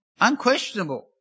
Unquestionable